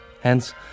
hence